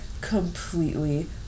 completely